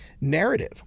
narrative